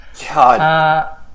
God